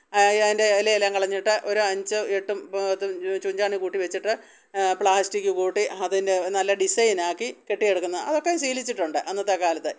അതിന്റെ ഇല എല്ലാം കളഞ്ഞിട്ട് ഒരു അഞ്ചോ എട്ടും പത്തും ചുഞ്ചാണി കൂട്ടി വച്ചിട്ട് പ്ലാസ്റ്റിക് കൂട്ടി അതിന്റെ നല്ല ഡിസൈൻ ആക്കി കെട്ടിയെടുക്കുന്ന അതൊക്കെ ശീലിച്ചിട്ടുണ്ട് അന്നത്തെ കാലത്ത്